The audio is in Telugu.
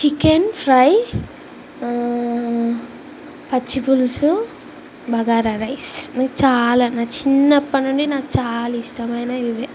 చికెన్ ఫ్రై పచ్చిపులుసు బగారా రైస్ నాకు చాలా నా చిన్నప్పటి నుండి నాకు చాలా ఇష్టమయినవి ఇవే